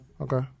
okay